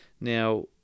Now